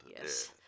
Yes